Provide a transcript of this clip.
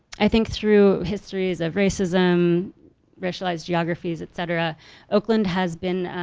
i think through histories of racism racialized geographies etc oakland has been